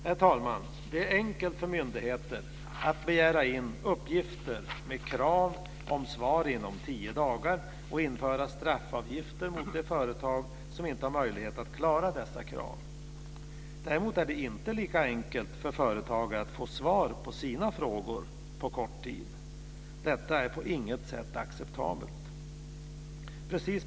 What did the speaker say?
Herr talman! Det är enkelt för myndigheter att begära in uppgifter med krav på svar inom tio dagar, och införa straffavgifter för de företag som inte har möjlighet att klara dessa krav. Däremot är det inte lika enkelt för företagare att få svar på sina frågor på kort tid. Detta är på inget sätt acceptabelt.